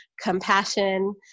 compassion